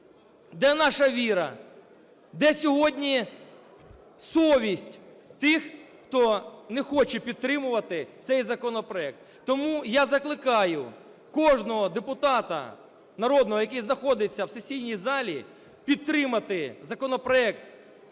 Де наша віра? Де сьогодні совість тих, хто не хоче підтримувати цей законопроект? Тому я закликаю кожного депутата народного, який знаходиться в сесійній залі, підтримати законопроект,